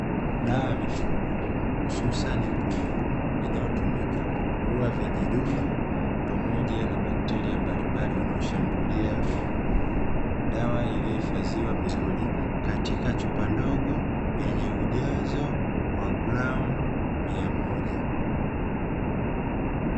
Dawa ya mifugo hususani kuku, inayotumika kuua vijidudu pamoja na bakteria mbalimbali wanaoshambulia kuku, dawa iliyohifadhiwa vizuri katika chupa ndogo yenye ujazo wa gramu mia moja.